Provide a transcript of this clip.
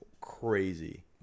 crazy